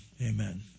Amen